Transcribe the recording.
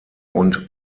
und